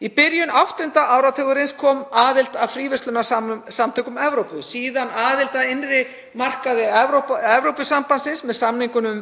Í byrjun áttunda áratugarins kom aðild að Fríverslunarsamtökum Evrópu og síðan aðild að innri markaði Evrópusambandsins með samningnum